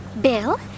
Bill